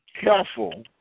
careful